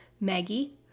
Maggie